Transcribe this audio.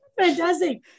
Fantastic